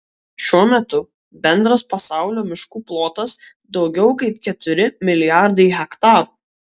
šiuo metu bendras pasaulio miškų plotas daugiau kaip keturi milijardai hektarų